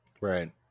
right